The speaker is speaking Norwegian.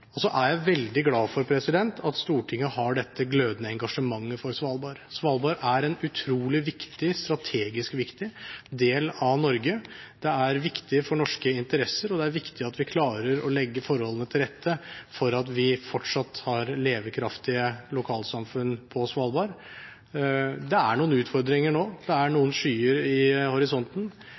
glad for at Stortinget har dette glødende engasjementet for Svalbard. Svalbard er en utrolig viktig – strategisk viktig – del av Norge. Det er viktig for norske interesser, og det er viktig at vi klarer å legge forholdene til rette for at vi fortsatt har levekraftige lokalsamfunn på Svalbard. Det er noen utfordringer nå, det er noen skyer i horisonten,